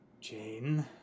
Jane